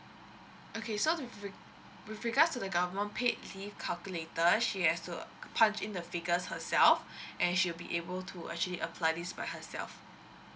okay so with re~ with regards to the government paid leave calculator she has to punch in the figures herself and she will be able to actually apply this by herself